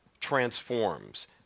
transforms